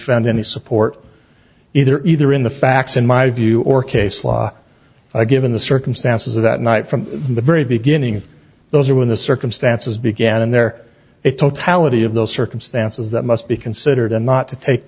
found any support either either in the facts in my view or case law given the circumstances of that night from the very beginning those are when the circumstances began and there it totality of the circumstances that must be considered and not to take